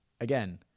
Again